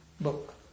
book